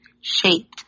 shape